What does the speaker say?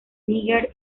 níger